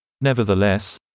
Nevertheless